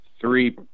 three